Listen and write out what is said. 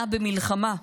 למדינה במלחמה,